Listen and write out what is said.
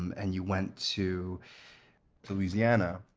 and you went to louisiana.